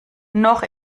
noch